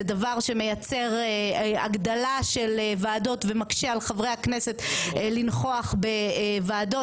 זה דבר שמייצר הגדלה של ועדות ומקשה על חברי הכנסת לנכוח בוועדות.